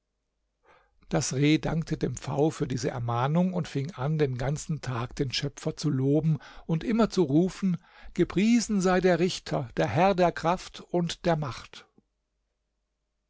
das reh dankte dem pfau für diese ermahnung und fing an den ganzen tag den schöpfer zu loben und immer zu rufen gepriesen sei der richter der herr der kraft und der macht